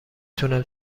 تونم